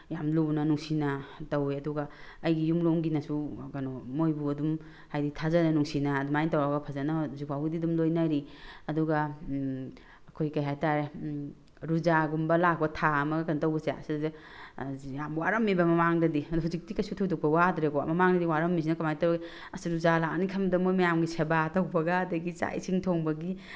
ꯌꯥꯝ ꯂꯨꯅ ꯅꯨꯡꯁꯤꯅ ꯇꯧꯋꯦ ꯑꯗꯨꯒ ꯑꯩꯒꯤ ꯌꯨꯝ ꯂꯣꯝꯒꯤꯅꯁꯨ ꯀꯩꯅꯣ ꯃꯣꯏꯕꯨ ꯑꯗꯨꯝ ꯍꯥꯏꯕꯗꯤ ꯊꯥꯖꯅ ꯅꯨꯡꯁꯤꯅ ꯑꯗꯨꯃꯥꯏꯅ ꯇꯧꯔꯒ ꯐꯖꯅ ꯍꯧꯖꯤꯛ ꯐꯥꯎꯒꯤꯗꯤ ꯑꯗꯨꯝ ꯂꯣꯏꯅꯔꯤ ꯑꯗꯨꯒ ꯑꯩꯈꯣꯏꯒꯤ ꯀꯩ ꯍꯥꯏ ꯇꯥꯔꯦ ꯔꯨꯖꯥꯒꯨꯝꯕ ꯂꯥꯛꯄ ꯊꯥ ꯑꯃꯒ ꯀꯩꯅꯣ ꯇꯧꯕꯁꯦ ꯁꯤꯗ ꯌꯥꯝꯅ ꯋꯥꯔꯝꯃꯦꯕ ꯃꯃꯥꯡꯗꯗꯤ ꯑꯗꯨ ꯍꯧꯖꯤꯛꯇꯤ ꯀꯩꯁꯨ ꯊꯣꯏꯗꯣꯛꯄ ꯋꯥꯗ꯭ꯔꯦꯀꯣ ꯃꯃꯥꯡꯗꯗꯤ ꯋꯥꯔꯝꯃꯤꯁꯤꯅ ꯀꯃꯥꯏꯅ ꯇꯧꯋꯤ ꯑꯁ ꯔꯨꯖꯥ ꯂꯥꯛꯑꯅꯤ ꯈꯟꯕꯗ ꯃꯣꯏ ꯃꯌꯥꯝꯒꯤ ꯁꯦꯕꯥ ꯇꯧꯕꯒ ꯑꯗꯒꯤ ꯆꯥꯛ ꯏꯁꯤꯡ ꯊꯣꯡꯕꯒꯤ